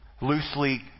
loosely